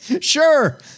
Sure